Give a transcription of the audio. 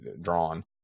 drawn